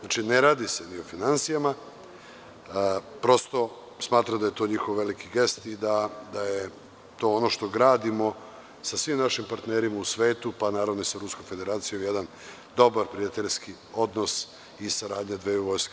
Ne radi se ni o finansijama prosto smatram da je to njihov veliki gest i da je to ono što gradimo sa svim našim partnerima u svetu pa naravno i sa Ruskom Federacijom jedan dobar prijateljski odnos i saradnju dveju vojski.